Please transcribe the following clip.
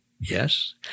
Yes